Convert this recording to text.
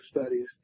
studies